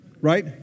right